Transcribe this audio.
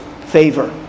favor